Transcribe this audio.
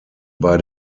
bei